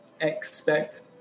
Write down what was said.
expect